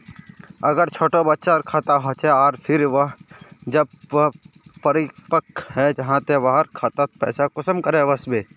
अगर छोटो बच्चार खाता होचे आर फिर जब वहाँ परिपक है जहा ते वहार खातात पैसा कुंसम करे वस्बे?